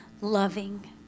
loving